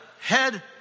head